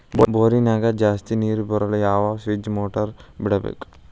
ಬೋರಿನ್ಯಾಗ ಜಾಸ್ತಿ ನೇರು ಬರಲು ಯಾವ ಸ್ಟೇಜ್ ಮೋಟಾರ್ ಬಿಡಬೇಕು?